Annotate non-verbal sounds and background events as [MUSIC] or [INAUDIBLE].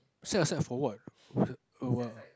set a side for what [NOISE]